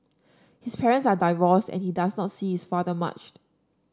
his parents are divorced and he does not see his father much